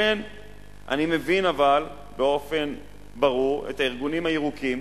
אני מבין, אבל, באופן ברור את הארגונים הירוקים,